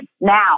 now